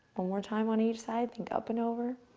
more time on each side, think up and over,